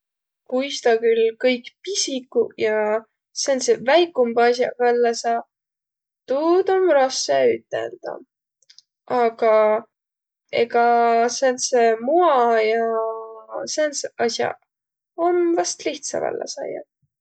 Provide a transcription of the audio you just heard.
Kuis tä küll kõik pisiguq ja säändseq väikumbaq as'aq vällä saa, tuud om rassõ üteldäq. Aga ega säändse mua ja säändseq as'aq om vast lihtsa vällä saiaq.